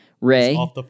Ray